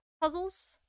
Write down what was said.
puzzles